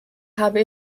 habe